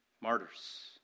Martyrs